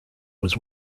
was